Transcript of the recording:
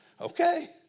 Okay